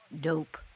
Dope